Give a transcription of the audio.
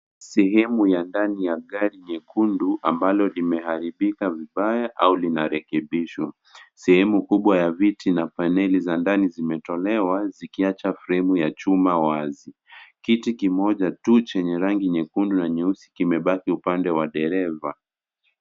Sehemu ya ndani ya gari nyekundu ambalo limeharibika vibaya au linarekebishwa. Sehemu kubwa ya viti na paneli za ndani zimetolewa zikiwacha fremu ya chuma wazi. Kiti kimoja tu chenye rangi nyekundu na nyeusi kimebaki upande wa dereva.